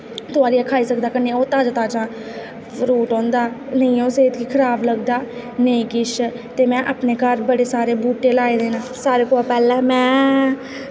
तोआरियै खाई सकदा कन्नै ओह् ताज़ा ताज़ा फ्रूट होंदा नी ओह् सेह्त गी खराब लगदा नेईं किश ते ते में अपने घर बड़े सारे बूह्टे लाए दे न सारें कोला पैह्लें में